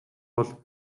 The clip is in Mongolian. бол